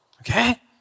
okay